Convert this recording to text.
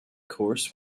course